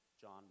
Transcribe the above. John